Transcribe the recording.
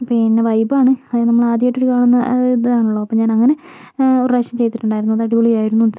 പിന്നെ വൈബാണ് അതായത് നമ്മളാദ്യമായിട്ട് ഇത് കാണുന്ന ആ ഒരു ഇതാണല്ലോ അപ്പോൾ ഞാനങ്ങനെ ഒരു പ്രാവശ്യം ചെയ്തിട്ടുണ്ടായിരുന്നു അതടിപൊളിയായിരുന്നു